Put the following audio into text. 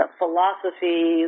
philosophy